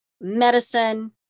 medicine